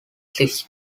six